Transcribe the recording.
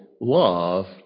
love